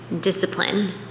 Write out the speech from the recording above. discipline